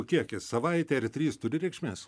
kiekis savaitė ar trys turi reikšmės